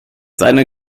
seiner